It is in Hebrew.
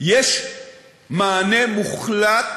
יש מענה מוחלט